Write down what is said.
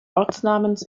ortsnamens